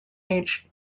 age